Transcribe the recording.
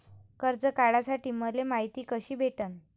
कर्ज काढासाठी मले मायती कशी भेटन?